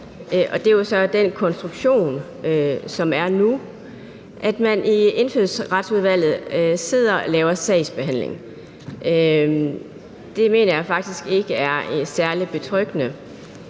det er jo så den konstruktion, som er nu – sidder og laver sagsbehandling. Det mener jeg faktisk ikke er særlig betryggende.